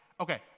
Okay